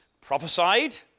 prophesied